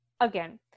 again –